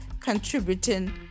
contributing